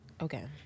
Okay